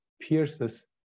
pierces